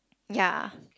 ya